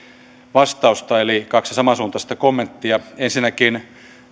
vastausta eli kaksi samansuuntaista kommenttia ensinnäkin